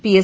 PS